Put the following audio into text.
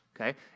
okay